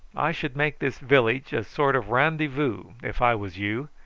i should make this village a sort of randy-voo if i was you,